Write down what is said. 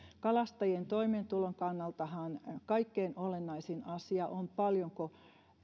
kalastajien toimeentulon kannaltahan kaikkein olennaisin asia on paljonko